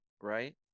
right